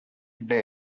day